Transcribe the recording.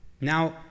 Now